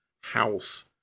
house